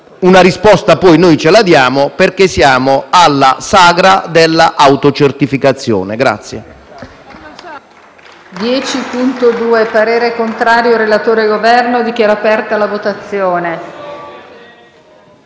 Una risposta poi ce la diamo: perché siamo alla sagra della autocertificazione.